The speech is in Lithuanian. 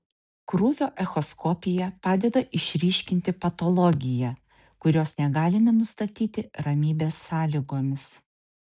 krūvio echoskopija padeda išryškinti patologiją kurios negalime nustatyti ramybės sąlygomis